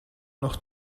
noch